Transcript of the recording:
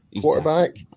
quarterback